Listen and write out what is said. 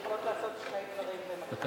נשים יכולות לעשות שני דברים במקביל.